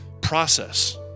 process